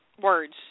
words